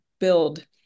build